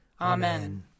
Amen